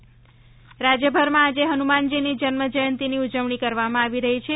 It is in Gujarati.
હનુમાન જયંતિ રાજ્યભરમાં આજે હનુમાનજી ની જન્મ જયંતિની ઉજવણી કરવામાં આવી રહી છે